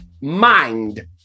mind